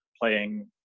playing